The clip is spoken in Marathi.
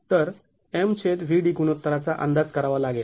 तर MVd गुणोत्तराचा अंदाज करावा लागेल